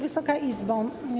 Wysoka Izbo!